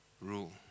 rule